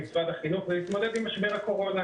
משרד החינוך מתמודדים עם משבר הקורונה,